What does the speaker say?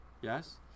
Yes